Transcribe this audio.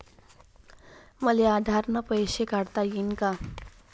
मले आधार न पैसे काढता येईन का?